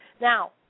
now